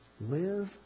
Live